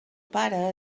pare